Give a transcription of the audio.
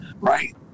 right